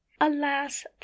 alas